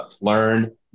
Learn